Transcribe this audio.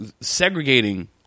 segregating